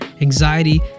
anxiety